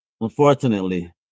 Unfortunately